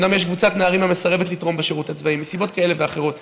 אומנם ישנה קבוצת נערים המסרבת לתרום בשירות הצבאי מסיבות כאלו ואחרות,